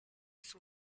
son